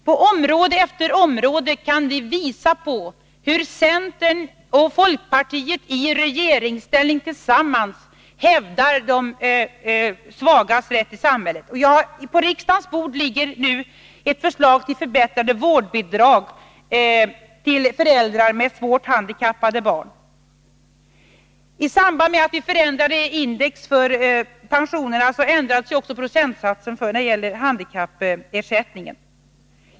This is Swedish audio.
På område efter område kan vi visa på hur centern och folkpartiet i regeringsställning tillsammans hävdar de svagas rätt i samhället. På riksdagens bord ligger nu ett förslag till förbättrade vårdbidrag till föräldrar med svårt handikappade barn. I samband med att index ändras för pensionerna ändras också procentsatsen när det gäller handikappersättningen.